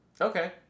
Okay